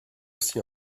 aussi